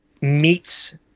meets